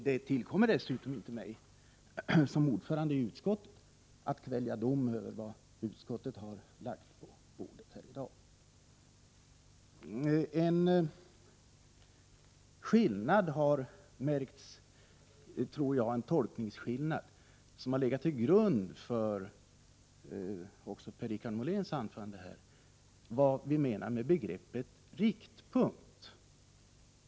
Det tillkommer dessutom inte mig som ordförande i utskottet att kvälja dom över vad utskottet har lagt på kammarens bord. Per-Richard Moléns anförande bygger på en skillnad i fråga om tolkningen av begreppet riktpunkt.